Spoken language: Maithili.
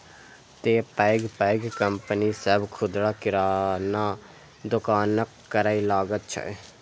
तें पैघ पैघ कंपनी सभ खुदरा किराना दोकानक करै लागल छै